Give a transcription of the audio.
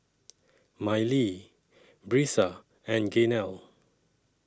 Mylee Brisa and Gaynell